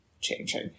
changing